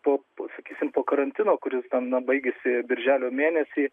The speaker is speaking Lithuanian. po sakysim po karantino kuris ten na baigiasi birželio mėnesį